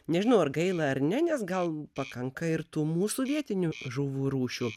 nežinau ar gaila ar ne nes gal pakanka ir tų mūsų vietinių žuvų rūšių